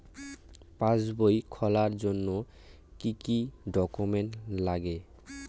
পাসবই খোলার জন্য কি কি ডকুমেন্টস লাগে?